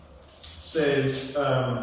says